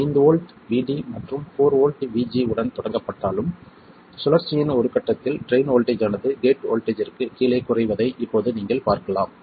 5 volt VD மற்றும் 4 volt VG உடன் தொடங்கப்பட்டாலும் சுழற்சியின் ஒரு கட்டத்தில் ட்ரைன் வோல்ட்டேஜ் ஆனது கேட் வோல்ட்டேஜ்ற்கு கீழே குறைவதை இப்போது நீங்கள் பார்க்கலாம்